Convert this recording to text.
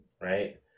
right